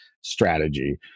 strategy